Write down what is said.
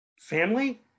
Family